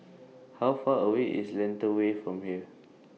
How Far away IS Lentor Way from here